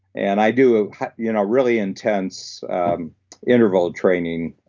and i do you know really intense interval training.